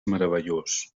meravellós